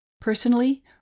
personally